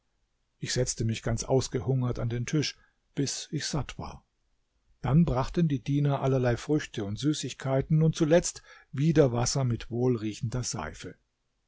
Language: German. ich setzte mich ganz ausgehungert an den tisch bis ich satt war dann brachten die diener allerlei früchte und süßigkeiten und zuletzt wieder wasser mit wohlriechender seife